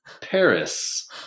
Paris